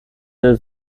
der